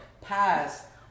pass